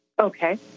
Okay